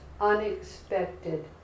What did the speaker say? unexpected